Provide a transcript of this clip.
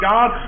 God